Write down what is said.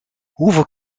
hoeveel